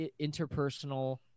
interpersonal